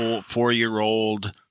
four-year-old